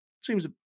seems